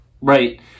right